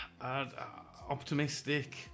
optimistic